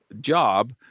job